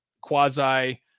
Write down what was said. quasi